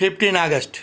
fifteen August